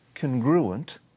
congruent